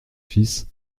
fils